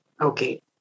Okay